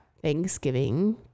thanksgiving